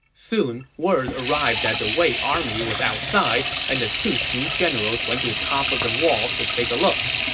soon, word arrived that the wei army was outside, and the two shu generals went to the top of the walls to take a look.